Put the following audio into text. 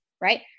right